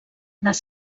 les